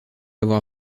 avoir